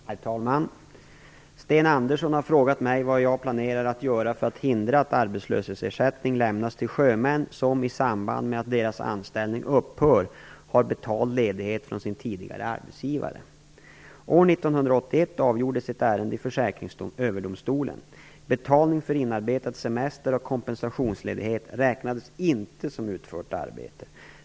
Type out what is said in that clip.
Herr talman! Sten Andersson har frågat mig vad jag planerar att göra för att hindra att arbetslöshetsersättning lämnas till sjömän som i samband med att deras anställning upphör har betald ledighet från sin tidigare arbetsgivare. År 1981 avgjordes ett ärende i Försäkringsöverdomstolen. Betalning för inarbetad semester och kompensationsledighet räknades inte som utfört arbete.